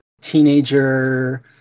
teenager